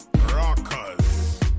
Rockers